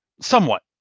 Somewhat